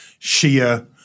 Shia